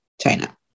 china